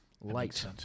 Light